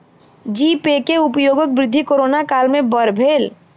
जी Pay के उपयोगक वृद्धि कोरोना काल में बड़ भेल